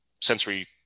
sensory